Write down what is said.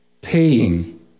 paying